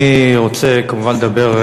אני רוצה כמובן לדבר,